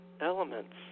elements